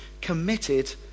committed